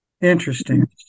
Interesting